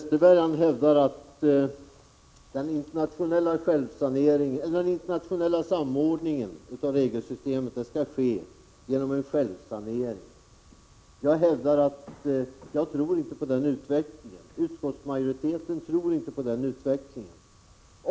Herr talman! Per Westerberg hävdar att den internationella samordningen av regelsystem skall ske genom en självsanering. Utskottsmajoriteten tror inte på den utvecklingen.